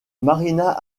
marina